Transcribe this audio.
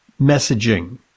messaging